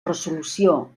resolució